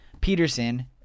Peterson